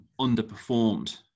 underperformed